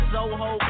Soho